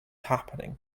happening